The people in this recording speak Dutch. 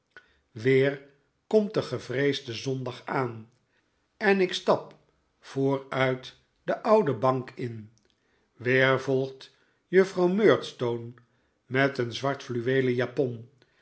weer komt de gevreesde zondag aan en ik stap vooruit de oude bank in weer volgt juffrouw murdstone met een zwart fluweelen japon